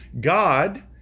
God